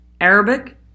Arabic